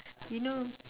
you know